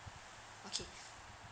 okay